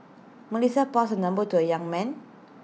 Melissa passed her number to A young man